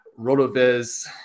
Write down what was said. Rotoviz